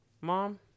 mom